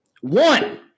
One